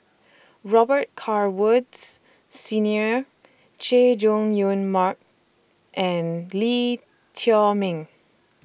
Robet Carr Woods Senior Chay Jung Jun Mark and Lee Chiaw Meng